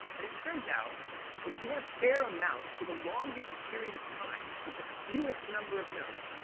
and it turns out that if you want to scare a mouse for the longest period of time with the fewest number of notes,